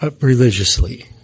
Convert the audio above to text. religiously